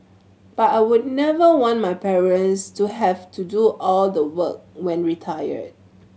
but I would never want my parents to have to do all the work when retired